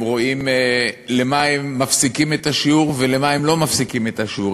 הם רואים למה הם מפסיקים את השיעור ולמה הם לא מפסיקים את השיעור.